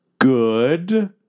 Good